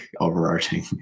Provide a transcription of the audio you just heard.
overarching